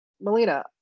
Melina